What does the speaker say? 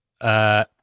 Uh-